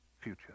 future